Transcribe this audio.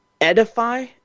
edify